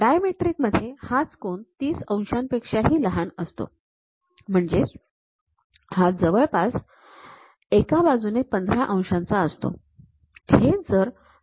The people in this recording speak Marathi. डायमेट्रिक मध्ये हाच कोन ३० अंशांपेक्षाही लहान असतो म्हणजे हा जवळपास एका बाजूने १५ अंशांचा असतो